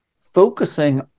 focusing